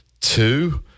two